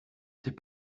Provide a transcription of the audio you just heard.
c’est